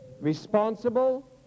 responsible